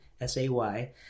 s-a-y